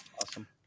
awesome